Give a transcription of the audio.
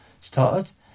started